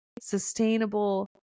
sustainable